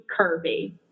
curvy